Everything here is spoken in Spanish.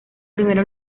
primera